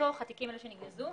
מתוך התיקים האלה שנגנזו,